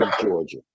Georgia